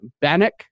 Bannock